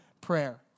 prayer